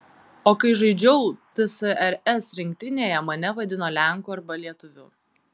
o kai žaidžiau tsrs rinktinėje mane vadino lenku arba lietuviu